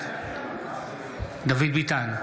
בעד דוד ביטן,